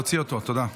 להוציא אותו, בבקשה.